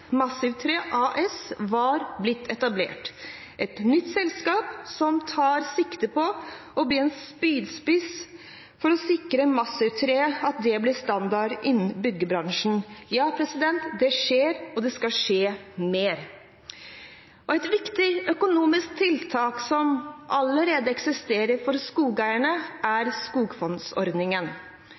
AS var blitt etablert – et nytt selskap som tar sikte på å bli en spydspiss for å sikre at massivt tre blir standard innen byggebransjen. Ja – det skjer, og det skal skje mer. Et viktig tiltak som allerede eksisterer for skogeierne, er skogfondsordningen.